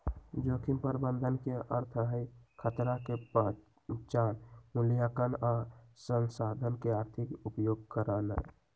जोखिम प्रबंधन के अर्थ हई खतरा के पहिचान, मुलायंकन आ संसाधन के आर्थिक उपयोग करनाइ